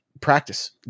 Practice